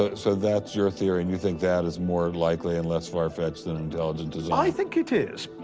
ah so that's your theory, and you think that is more likely and less far-fetched than intelligent design. i think it is.